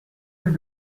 rue